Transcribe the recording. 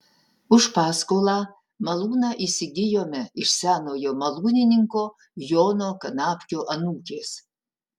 už paskolą malūną įsigijome iš senojo malūnininko jono kanapkio anūkės